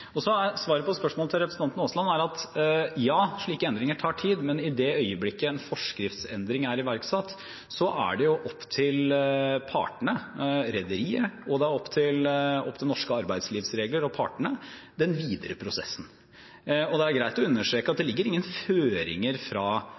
Svaret på spørsmålet fra representanten Aasland er: Ja, slike endringer tar tid, men i det øyeblikket en forskriftsendring er iverksatt, er den videre prosessen opp til partene – rederiet og norske arbeidslivsregler. Det er greit å understreke at det ligger ingen føringer eller oppfordringer fra regjeringens side om hvilken vei man skal ta. Vi lager de